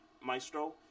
Maestro